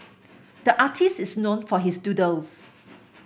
the artist is known for his doodles